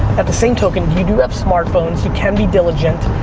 at the same token, you do have smart phones, you can be diligent.